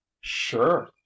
sure